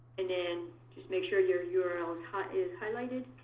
and then just make sure your your url is highlighted.